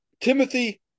Timothy